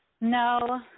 No